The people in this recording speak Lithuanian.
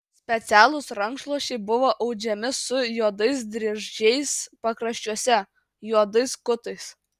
specialūs rankšluosčiai buvo audžiami su juodais dryžiais pakraščiuose juodais kutais